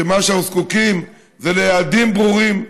שמה שאנחנו זקוקים לו זה יעדים ברורים,